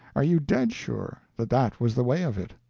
are you dead sure, that that was the way of it?